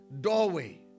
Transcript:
doorway